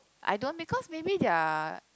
I don't because maybe they are